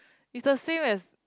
is the same as